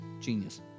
Genius